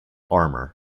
armour